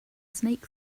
snake